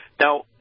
Now